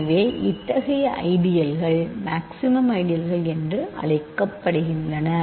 எனவே இத்தகைய ஐடியல்கள் மாக்ஸிமம் ஐடியல்கள் என்று அழைக்கப்படுகின்றன